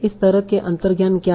इस तरह के अंतर्ज्ञान क्या है